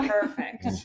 Perfect